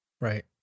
right